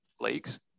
leagues